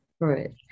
Right